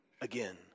again